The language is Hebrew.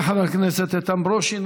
תודה לחבר הכנסת איתן ברושי.